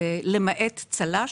למעט צל"ש,